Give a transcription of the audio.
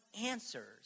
answers